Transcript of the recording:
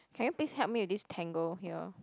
can you please help me with this tangle here